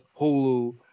hulu